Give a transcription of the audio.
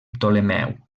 ptolemeu